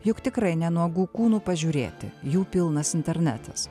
juk tikrai ne nuogų kūnų pažiūrėti jų pilnas internetas